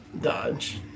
Dodge